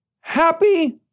happy